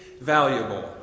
valuable